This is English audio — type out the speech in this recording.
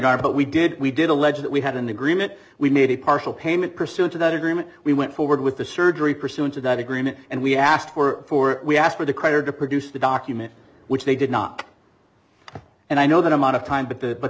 are but we did we did allege that we had an agreement we made a partial payment pursuant to that agreement we went forward with the surgery pursuant to that agreement and we asked for were we asked for the choir to produce the document which they did not and i know that amount of time but the but